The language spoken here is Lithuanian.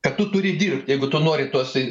kad tu turi dirbt jeigu tu nori tuos į